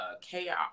chaos